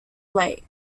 lake